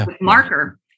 marker